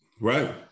Right